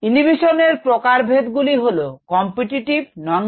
inhibition এর প্রকার ভেদগুলি হল competitive noncompetitive এবং uncompetitive